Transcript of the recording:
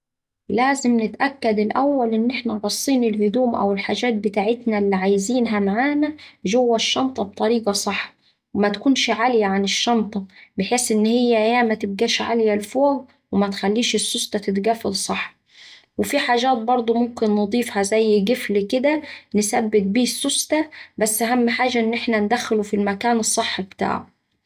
لازم نتأكد الأول إن إحنا راصين الهدوم أو الحاجات بتاعتنا اللي عايزينها معانا جوا الشنطة بطريقة صح ومتكونش عالية عن الشنطة بحيث إن هيه إيه متبقاش عالية لفوق ومتخليش السوستة تتقفل صح. وفي حاجات برده ممكن نضيفها زي قفل كدا نثبت بيه السوستة بس أهم حاجة إن إحنا ندخله في المكان الصح بتاعه.